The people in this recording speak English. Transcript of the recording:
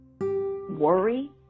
worry